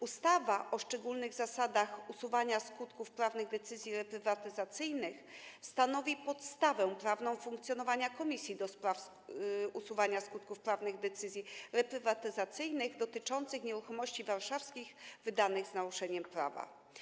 Ustawa o szczególnych zasadach usuwania skutków prawnych decyzji reprywatyzacyjnych stanowi podstawę prawną funkcjonowania Komisji do spraw usuwania skutków prawnych decyzji reprywatyzacyjnych dotyczących nieruchomości warszawskich, wydanych z naruszeniem prawa.